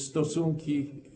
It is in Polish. Stosunki.